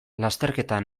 lasterketa